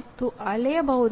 ಎಂದು ಕರೆಯುವುದಿಲ್ಲ